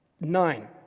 nine